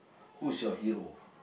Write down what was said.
who is your hero